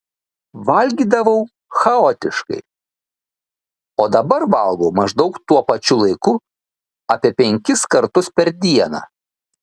valgydavau chaotiškai o dabar valgau maždaug tuo pačiu laiku apie penkis kartus per dieną